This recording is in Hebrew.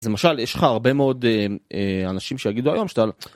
אז למשל יש לך הרבה מאוד אנשים שיגידו היום.